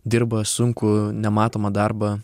dirba sunkų nematomą darbą